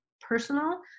personal